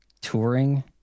touring